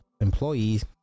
employees